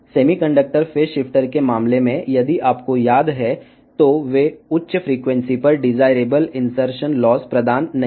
semiconductor phase shifter విషయంలో మీరు గుర్తుంచుకుంటే అవి అధిక ఫ్రీక్వెన్సీ వద్ద కావాల్సిన ఇన్సర్షన్ లాస్ అందించలేవు